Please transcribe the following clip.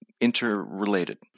interrelated